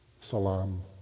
Salam